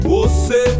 Você